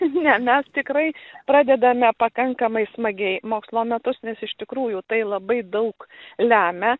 ne mes tikrai pradedame pakankamai smagiai mokslo metus nes iš tikrųjų tai labai daug lemia